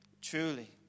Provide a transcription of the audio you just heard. truly